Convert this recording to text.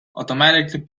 automatically